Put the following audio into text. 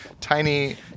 tiny